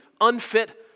unfit